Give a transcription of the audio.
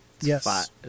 Yes